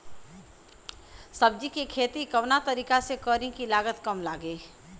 सब्जी के खेती कवना तरीका से करी की लागत काम लगे?